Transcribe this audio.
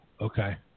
okay